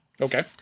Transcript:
Okay